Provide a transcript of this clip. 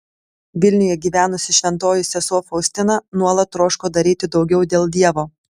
vilniuje gyvenusi šventoji sesuo faustina nuolat troško daryti daugiau dėl dievo